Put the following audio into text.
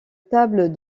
table